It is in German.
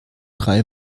drei